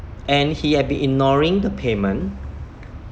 and he had been ignoring the payment